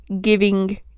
giving